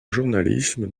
journalisme